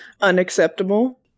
Unacceptable